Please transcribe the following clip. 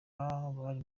bari